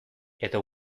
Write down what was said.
edo